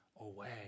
away